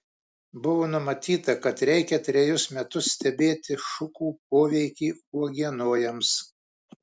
buvo numatyta kad reikia trejus metus stebėti šukų poveikį uogienojams